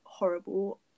horrible